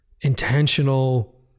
intentional